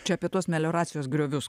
čia apie tuos melioracijos griovius